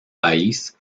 país